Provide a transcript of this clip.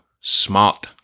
smart